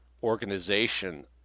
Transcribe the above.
organization